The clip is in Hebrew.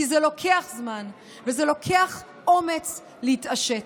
כי זה לוקח זמן וזה דורש אומץ להתעשת.